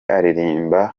aririmba